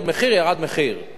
ירד מחיר,